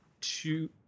two